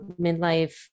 midlife